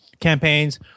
campaigns